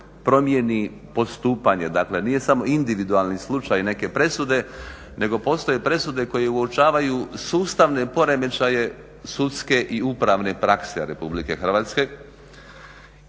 promijeni postupanje. Dakle nije samo individualni slučaj neke presude nego postoje presude koje uočavaju sustavne poremećaje sudske i upravne prakse Republike Hrvatske